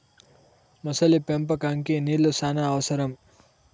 మొసలి పెంపకంకి నీళ్లు శ్యానా అవసరం